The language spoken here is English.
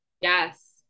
Yes